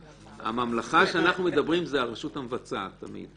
הממלכה שאנחנו מדברים זו הרשות המבצעת תמיד,